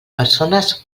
persones